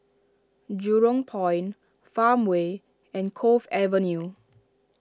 Jurong Point Farmway and Cove Avenue